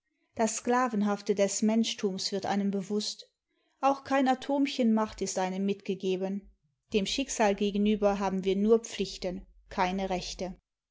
das sklavenhafte des menschtums wird einem bewußt auch kein atomchen macht ist einem mitgegeben dem schicksal gegenüber haben wir nur pflichten keine rechte